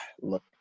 look